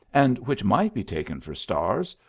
and which might be taken for stars,